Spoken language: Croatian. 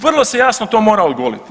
Vrlo se jasno to mora ogoliti.